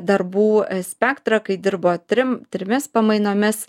darbų spektrą kai dirbo trim trimis pamainomis